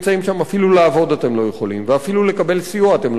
אפילו לעבוד אתם לא יכולים ואפילו לקבל סיוע אתם לא יכולים,